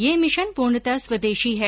यह मिशन पूर्णत स्वदेशी है